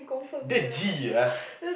the ah